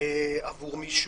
עבור מישהו,